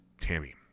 Tammy